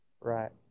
Right